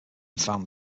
found